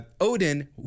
Odin